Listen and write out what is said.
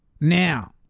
Now